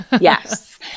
yes